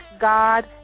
God